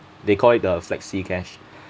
they call it the flexi cash